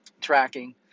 tracking